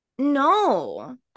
No